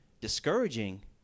discouraging